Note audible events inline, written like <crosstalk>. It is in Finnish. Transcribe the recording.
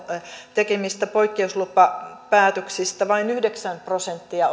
tekemistä poikkeuslupapäätöksistä on valitettu vain yhdeksän prosenttia <unintelligible>